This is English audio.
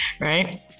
right